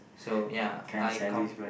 so ya I come